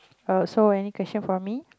err so any question for me